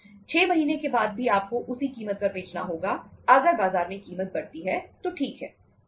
6 महीने के बाद भी आपको उसी कीमत पर बेचना होगा अगर बाजार में कीमत बढ़ती है तो ठीक है